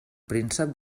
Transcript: príncep